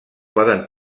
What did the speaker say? poden